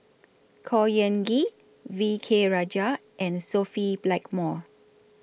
Khor Ean Ghee V K Rajah and Sophia Blackmore